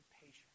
patience